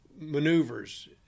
maneuvers